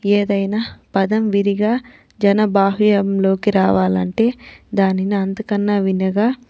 ఏదైనా పదం విరిగా జన బాహ్యంలోకి రావాలంటే దానిని అంతకన్నా వినగా